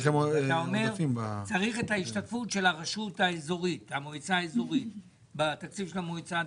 אתה אומר שצריך את ההשתתפות של המועצה האזורית בתקציב של המועצה הדתית,